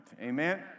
Amen